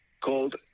called